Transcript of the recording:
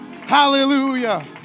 Hallelujah